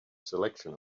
selection